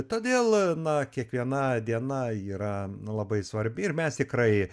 todėl na kiekviena diena yra labai svarbi ir mes tikrai